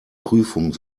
prüfung